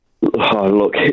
look